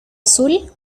azul